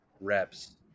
reps